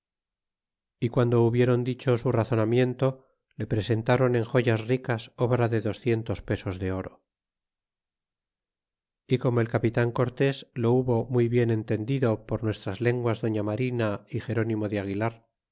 y guando hubieron dicho su razonamiento le presentaron en joyas ricas obra de docientos pesos de oro y corvo el capitan cortés lo hubo muy bien entendido por nuestras lenguas doña manila ó gernirno de aguilar